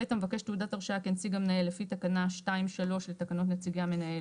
המבקש תעודת הרשאה כנציג המנהל לפי תקנה 2(3) לתקנות נציגי המנהל,